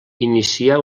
inicià